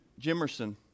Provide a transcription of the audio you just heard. Jimerson